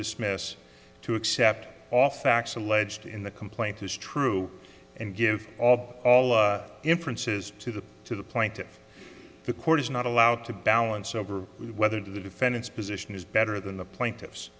dismiss to accept off facts alleged in the complaint is true and give all inferences to the to the plaintiff the court is not allowed to balance over whether to the defendant's position is better than the plaintiff